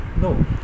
No